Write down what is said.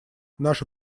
наша